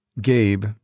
Gabe